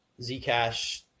Zcash